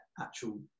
actual